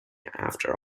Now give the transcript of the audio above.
after